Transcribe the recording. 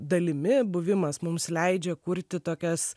dalimi buvimas mums leidžia kurti tokias